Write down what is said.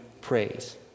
praise